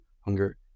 hunger